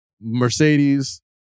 Mercedes